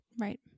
Right